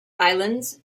islands